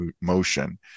motion